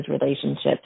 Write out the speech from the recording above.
relationships